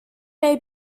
may